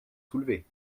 soulevée